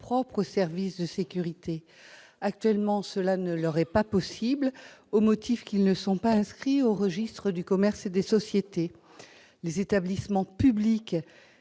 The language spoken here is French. propre service de sécurité. Actuellement, cela leur est interdit au motif qu'ils ne sont pas inscrits au registre du commerce et des sociétés. Heureusement ! Les établissements publics